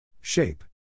Shape